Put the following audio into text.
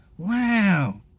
Wow